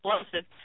explosive